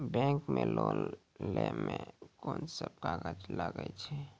Bank मे loan लै मे कोन सब कागज लागै छै?